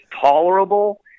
tolerable